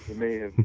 me has